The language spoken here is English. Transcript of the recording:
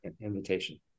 invitation